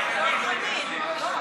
יש אחד שלא מסכים, אז אנחנו לא יכולים.